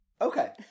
Okay